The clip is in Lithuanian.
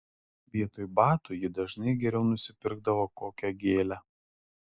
vietoj batų ji dažnai geriau nusipirkdavo kokią gėlę